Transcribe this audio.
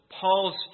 Paul's